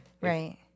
Right